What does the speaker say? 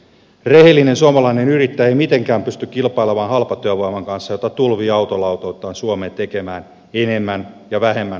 rehellinen suomalainen yrittäjä ei mitenkään pysty kilpailemaan halpatyövoiman kanssa jota tulvii autolautoilta suomeen tekemään enemmän ja vähemmän laillista työtä